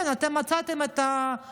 כן, אתם מצאתם את ההסכמות.